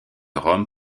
rome